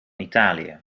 italië